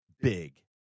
Big